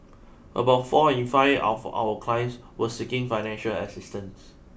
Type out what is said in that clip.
about four in five of all clients were seeking financial assistance